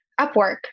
Upwork